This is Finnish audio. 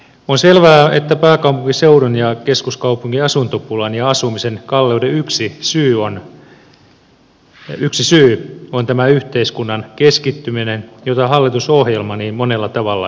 on selvää että pääkaupunkiseudun ja keskuskaupungin asuntopulan ja asumisen kalleuden yksi syy on tämä yhteiskunnan keskittyminen jota hallitusohjelma niin monella tavalla edesauttaa